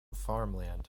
farmland